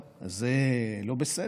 טוב, אז זה לא בסדר.